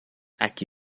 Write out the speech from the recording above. aqui